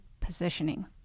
positioning